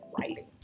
writing